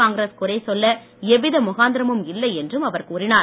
காங்கிரஸ் குறை சொல்ல எவ்வித முகாந்திரமும் இல்லை என்றும் அவர் கூறினார்